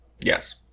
Yes